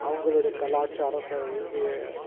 அவங்களுடைய கலாச்சாரத்தையும் இவங்க